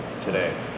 today